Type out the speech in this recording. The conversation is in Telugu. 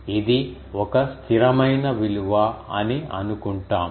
ఇది ఒక స్థిరమైన విలువ అని అనుకుంటాము